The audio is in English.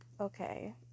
okay